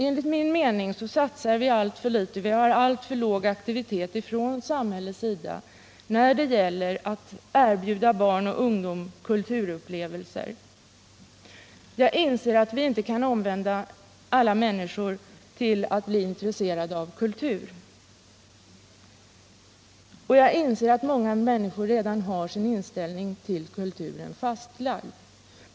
Enligt min mening satsar vi alltför litet och har alltför låg aktivitet från samhällets sida när det gäller att erbjuda barn och ungdom kulturupplevelser. Jag inser att alla människor inte kan omvändas till att bli intresserade av kultur, och jag inser att många människor redan har sin inställning till kulturen fastlagd.